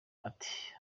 ati